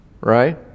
right